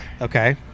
Okay